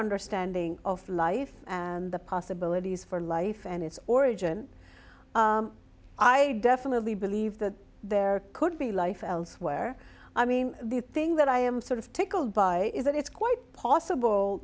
understanding of life and the possibilities for life and its origin i definitely believe that there could be life elsewhere i mean the thing that i am sort of tickled by is that it's quite possible